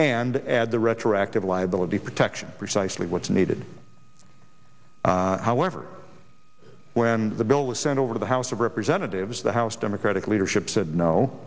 and add the retroactive liability protection precisely what's needed however when the bill was sent over to the house of representatives the house democratic leadership said no